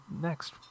next